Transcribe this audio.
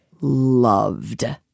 Loved